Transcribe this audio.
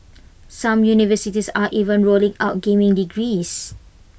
some universities are even rolling out gaming degrees